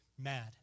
mad